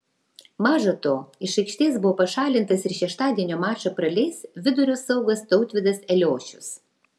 maža to iš aikštės buvo pašalintas ir šeštadienio mačą praleis vidurio saugas tautvydas eliošius